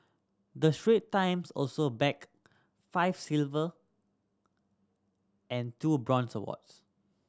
the Strait Times also bagged five silver and two bronze awards